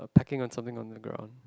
I think on something on the grounds